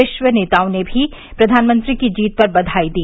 विश्व नेताओं ने भी प्रधानमंत्री की जीत पर बधाई दी